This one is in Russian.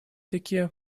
таки